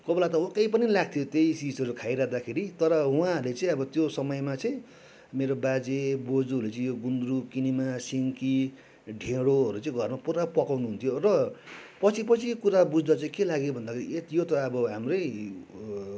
कोही बेला त वाक्कै पनि लाग्थ्यो त्यही चिजहरू खाइरहँदाखेरि तर उहाँहरूले चाहिँ अब त्यो समयमा चाहिँ मेरो बाजेबोजूहरू चाहिँ यो गुन्द्रुक किनेमा सिन्की ढेँडोहरू चाहिँ घरमा पुरा पकाउनु हुन्थ्यो र पछि पछि कुरा बुझ्दा चाहिँ के लाग्यो भन्दाखेरि ए यो त अब हाम्रै